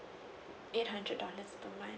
eight hundred dollars per month